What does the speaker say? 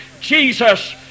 Jesus